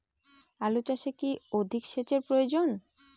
আলু চাষে কি অধিক সেচের প্রয়োজন?